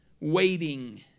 waiting